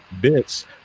bits